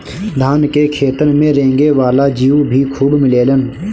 धान के खेतन में रेंगे वाला जीउ भी खूब मिलेलन